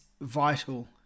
vital